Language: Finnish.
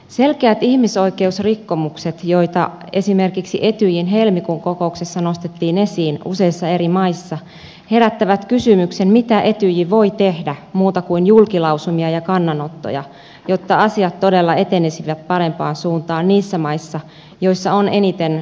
selkeät ihmisoikeusrikkomukset joita esimerkiksi etyjin helmikuun kokouksessa nostettiin esiin useissa eri maissa herättävät kysymyksen mitä etyj voi tehdä muuta kuin julkilausumia ja kannanottoja jotta asiat todella etenisivät parempaan suuntaan niissä maissa joissa on eniten ihmisoikeusrikkomuksia